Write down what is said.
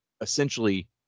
essentially